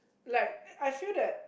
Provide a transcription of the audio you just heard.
like I feel that